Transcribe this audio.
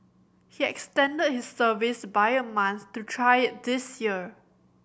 he extended his service by a month to try it this year